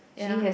ya